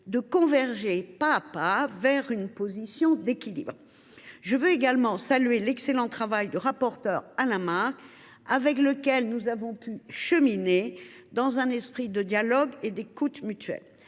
de converger pas à pas vers une position d’équilibre. Je salue également l’excellent travail du rapporteur, avec lequel nous avons pu cheminer dans un esprit de dialogue et d’écoute mutuelle.